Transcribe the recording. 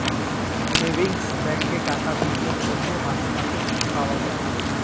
savings ব্যাঙ্কে টাকা বিনিয়োগ করলে মাসে মাসে সুদ পাওয়া যায়